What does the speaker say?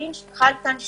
שחל כאן שינוי.